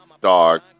dog